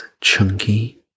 chunky